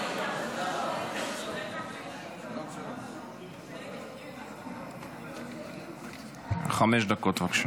חמש דקות.